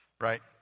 Right